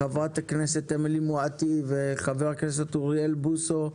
חברת הכנסת אמילי מואטי וחבר הכנסת אוריאל בוסו,